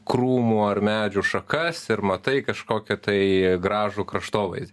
krūmų ar medžių šakas ir matai kažkokią tai gražų kraštovaizdį